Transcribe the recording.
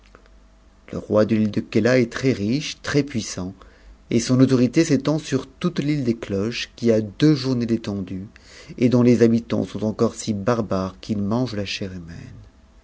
le roi de l'île de keia est très-riche très puissant et son autorité s'étend sur toute l'île des cloches qui a deux journées d'étendue et dont les habitants sont encore si barbares qu'ils mangent la chair humaine